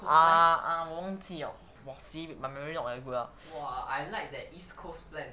ah ah 我忘记 liao !wah! my memory not very good ah